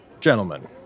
Gentlemen